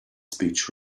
speech